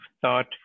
thought